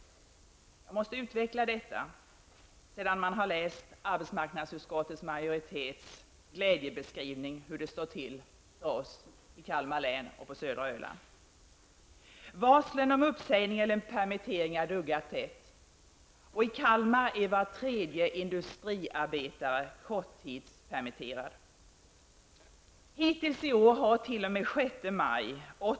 Jag måste utveckla detta efter att ha läst arbetsmarknadsutskottets majoritets glädjebeskrivning om hur det står till med oss i Kalmar län och på södra Öland. Varslen om uppsägningar eller permitteringar duggar tätt.